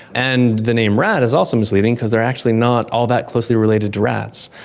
and the name rat is also misleading because they are actually not all that closely related to rats.